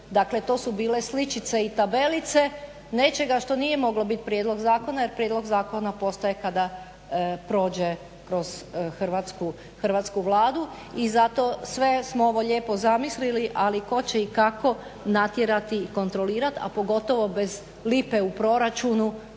dakle to su bile sličice i tabelice nečega što nije moglo biti prijedlog zakona, jer prijedlog zakona postaje kada prođe kroz hrvatsku Vladu, i zato sve smo ovo lijepo zamislili, ali tko će i kako natjerati kontrolirati, a pogotovo bez lipe u proračunu